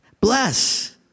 Bless